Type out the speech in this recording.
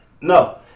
No